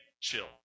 Chill